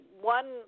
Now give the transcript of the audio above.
one